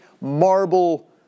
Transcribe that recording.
marble